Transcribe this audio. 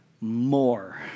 more